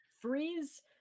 freeze